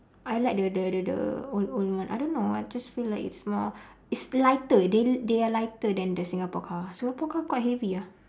I like the the the the old old one I don't know I just feel like it's more it's lighter they they are lighter than the singapore car singapore car quite heavy ah